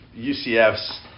UCF's